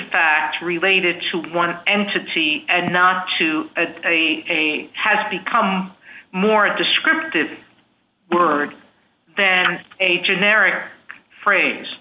fact related to one entity and not to a has become more descriptive word than a generic phrase